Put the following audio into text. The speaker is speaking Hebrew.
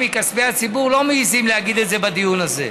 מכספי הציבור לא מעיזים להגיד את זה בדיון הזה.